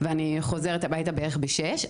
ואני חוזרת הביתה בערך ב-18:00.